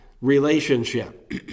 relationship